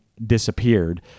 Disappeared